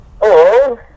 hello